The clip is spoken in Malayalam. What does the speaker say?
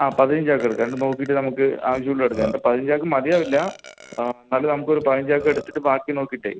ആ പതിനഞ്ച് ചാക്കെടുക്കാം എന്നിട്ട് നോക്കിയിട്ട് നമുക്ക് ആവശ്യമുള്ള എടുക്കാം പതിനഞ്ച് ചാക്ക് മതിയാവില്ല എന്നാലും നമുക്കൊരു പതിനഞ്ച് ചാക്കെടുത്തിട്ട് ബാക്കി നോക്കിയിട്ട്